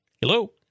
Hello